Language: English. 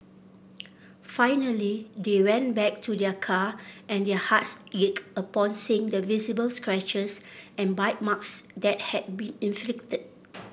finally they went back to their car and their hearts ached upon seeing the visible scratches and bite marks that had been inflicted